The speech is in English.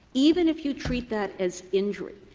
even if you treat that as injury,